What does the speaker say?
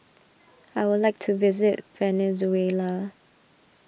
I would like to visit Venezuela